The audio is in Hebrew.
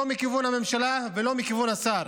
לא מכיוון הממשלה ולא מכיוון השר.